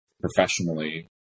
Professionally